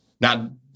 Now